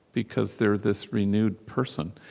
because they're this renewed person.